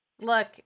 Look